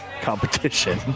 competition